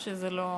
או שזה לא,